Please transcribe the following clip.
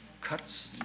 cuts